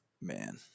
Man